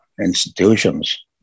institutions